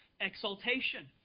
exaltation